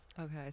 Okay